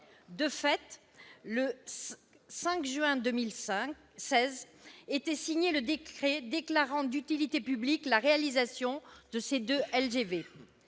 De fait, le 5 juin 2016, était signé le décret déclarant d'utilité publique la réalisation de ces deux LGV.